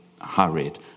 hurried